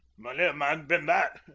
many a man's been that.